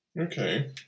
Okay